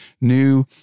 new